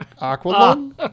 Aqualung